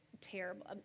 terrible